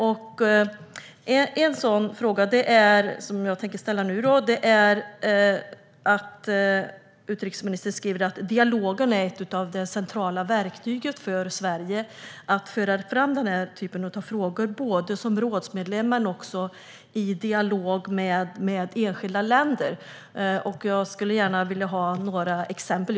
En sådan fråga, som jag tänker ställa nu, handlar om att utrikesministern säger att dialogen är ett av de centrala verktygen för Sverige för att föra fram den här typen av frågor både som rådsmedlem och i dialog med enskilda länder. Jag skulle gärna vilja ha några exempel.